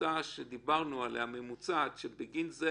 הפשוטה שדיברנו עליה, הממוצעת, שבגין זה